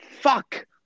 Fuck